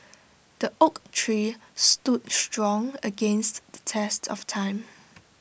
the oak tree stood strong against the test of time